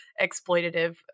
exploitative